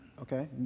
okay